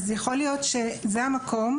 אז יכול להיות שזה המקום.